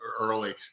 early